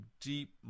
deep